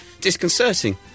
disconcerting